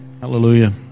Hallelujah